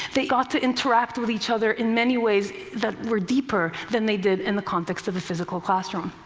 they got to interact with each other in many ways that were deeper than they did in the context of the physical classroom.